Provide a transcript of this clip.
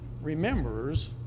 remembers